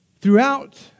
Throughout